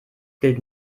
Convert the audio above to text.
gilt